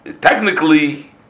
Technically